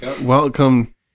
welcome